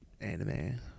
anime